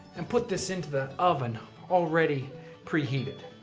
and put this into the oven already preheated.